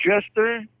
jester